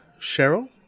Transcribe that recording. Cheryl